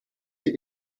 die